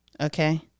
Okay